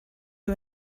who